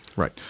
Right